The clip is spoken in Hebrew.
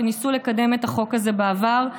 שניסו לקדם את החוק הזה בעבר,